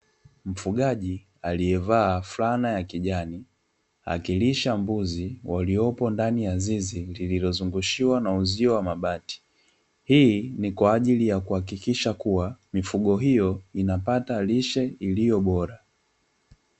Mfugaji aliyevaa fulana ya kijani, akilisha mbuzi waliopo ndani ya zizi lililozungushiwa na uzio wa mabati. Hii ni kwa ajili ya kuhakikisha kuwa mifugo hiyo, inapata lishe iliyo bora.